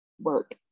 work